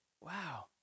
wow